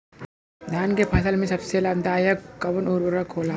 धान के फसल में सबसे लाभ दायक कवन उर्वरक होला?